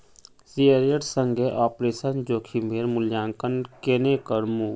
शेयरेर संगे ऑपरेशन जोखिमेर मूल्यांकन केन्ने करमू